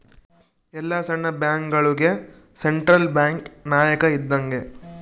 ಎಲ್ಲ ಸಣ್ಣ ಬ್ಯಾಂಕ್ಗಳುಗೆ ಸೆಂಟ್ರಲ್ ಬ್ಯಾಂಕ್ ನಾಯಕ ಇದ್ದಂಗೆ